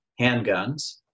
handguns